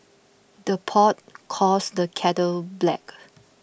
the pot calls the kettle black